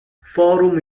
forum